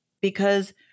because-